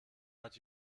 hat